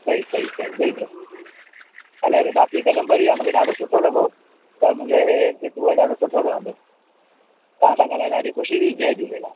सही सही सही बिल्कुल हले हले बाक़ी हिकदमि बढ़िया मूंखे ॾाढो सुठो लॻो त मुंहिंजो ही टूअर ॾाढो सुठो रहंदो तव्हां सां ॻाल्हाए ॾाढी ख़ुशी थी जय झूलेलाल